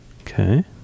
Okay